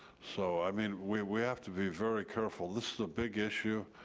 so i mean, we we have to be very careful. this is a big issue.